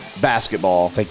basketball